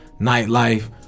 nightlife